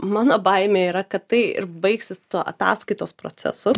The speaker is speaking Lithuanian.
mano baimė yra kad tai ir baigsis tuo ataskaitos procesu